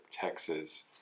Texas